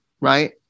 right